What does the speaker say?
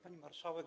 Pani Marszałek!